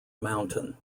mountain